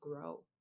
grow